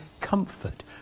comfort